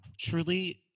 truly